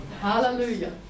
Hallelujah